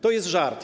To jest żart.